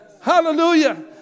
Hallelujah